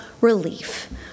relief